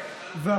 כבוד יושב-ראש,